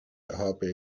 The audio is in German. habe